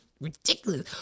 ridiculous